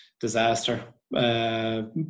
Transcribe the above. disaster